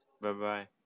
Bye-bye